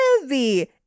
heavy